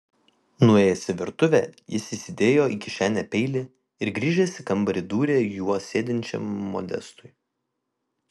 nuėjęs į virtuvę jis įsidėjo į kišenę peilį ir grįžęs į kambarį dūrė juo sėdinčiam modestui